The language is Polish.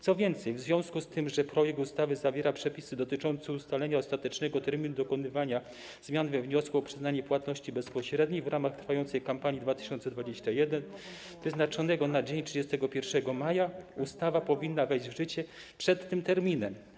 Co więcej, w związku z tym, że projekt ustawy zawiera przepisy dotyczące ustalenia ostatecznego terminu dokonywania zmian we wniosku o przyznanie płatności bezpośredniej w ramach trwającej kampanii 2021, wyznaczonego na dzień 31 maja, ustawa powinna wejść w życie przed tym terminem.